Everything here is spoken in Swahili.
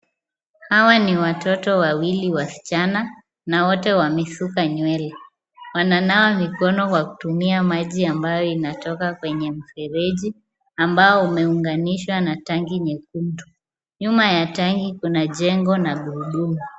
Hawa ni watoto wawili wasichana na wote wameshuka nywele, wananawa mikono kwa kutumia maji ambayo inatoka kwenye mfereji ambao umeunganishwa na tanki nyekundu, nyuma ya tanki kuna jengo na gurudumu.